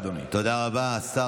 תודה רבה, אדוני.